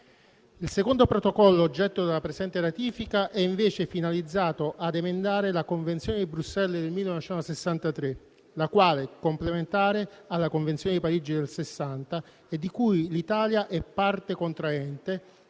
Il secondo protocollo oggetto della presente ratifica è invece finalizzato ad emendare la Convenzione di Bruxelles del 1963, la quale, complementare alla Convenzione di Parigi del 1960 e di cui l'Italia è parte contraente,